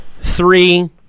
three